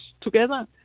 together